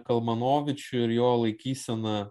kalmanovičių ir jo laikyseną